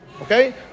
Okay